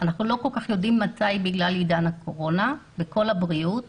ואנחנו לא יודעים בדיוק מתי בגלל עידן הקורונה אנחנו